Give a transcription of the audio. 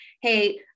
hey